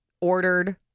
ordered